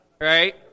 Right